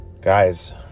Guys